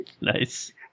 Nice